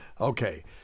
Okay